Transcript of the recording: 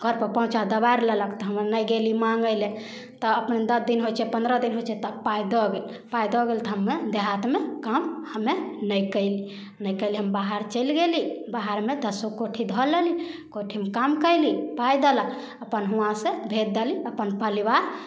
घरपर पहुँचा दबारि लेलक तऽ हम नहि गेली माँगैलए तऽ अपन दस दिन होइ छै पनरह दिन होइ छै तऽ पाइ दऽ गेल पाइ दऽ गेल तऽ हमे देहातमे काम हमे नहि कएली नहि कएली हम बाहर चलि गेली बाहरमे दसो कोठी धऽ लेली कोठीमे काम कएली पाइ देलक अपन हुआँसे भेज देली अपन परिवार